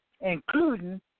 including